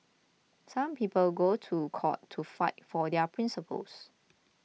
some people go to court to fight for their principles